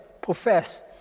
profess